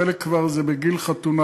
חלק זה כבר בגיל חתונה.